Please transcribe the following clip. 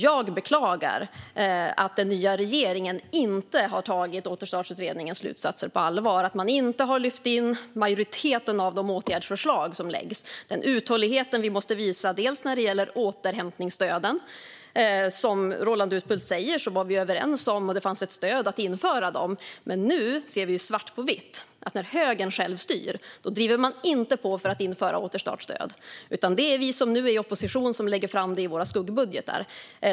Jag beklagar att den nya regeringen inte har tagit återstartsutredningens slutsatser på allvar och inte har lyft in majoriteten av de åtgärdsförslag som lagts fram. Vi måste visa uthållighet när det gäller återhämtningsstöden. Som Roland Utbult säger var vi överens om dem, och det fanns ett stöd för att införa dem. Nu ser vi svart på vitt att när högern styr själv driver man inte på för att införa återstartsstöd. Det är vi som nu är i opposition som lägger fram det i våra skuggbudgetar.